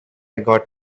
got